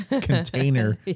container